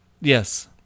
yes